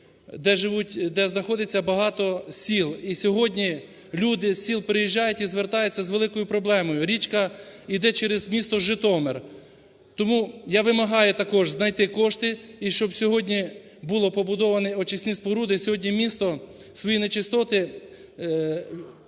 де знаходиться багато сіл. І сьогодні люди з сіл приїжджають і звертаються з великою проблемою. Річка йде через місто Житомир. І тому я вимагаю також знайти кошти, і щоб сьогодні були побудовані очисні споруди. Сьогодні місто свої нечистоти віддає